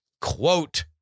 quote